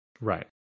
right